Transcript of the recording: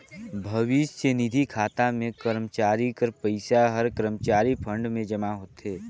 भविस्य निधि खाता में करमचारी कर पइसा हर करमचारी फंड में जमा होथे